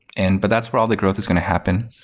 and but that's where all the growth is going to happen.